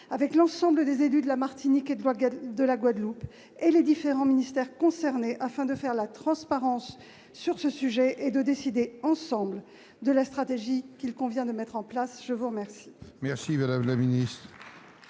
avec l'ensemble des élus de la Martinique et Édouard de la Guadeloupe et les différents ministères concernés afin de faire la transparence sur ce sujet et de décider ensemble de la stratégie qu'il convient de mettre en place, je vous remercie.